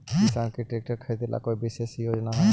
किसान के ट्रैक्टर खरीदे ला कोई विशेष योजना हई?